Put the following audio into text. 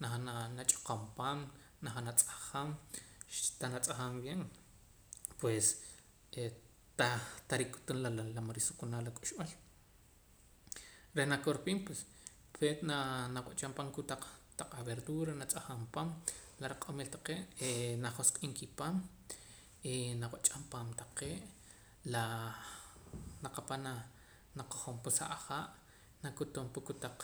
najaam nach'oqom paam najaam natz'ajam xtanatz'ajam bien pues e tah tah rikutum la ma' risuqunaal la k'uxb'al reh nakorpiim pues peet naa nawacham paam kotaq taq averdura natz'ajam paam la riq'omil taqee' e najosq'iim kipaamm e nawach'am paam taqee' laa naqapam naa nakojom pa sa ahaa' nakutum pa kotaq